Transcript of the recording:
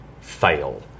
fail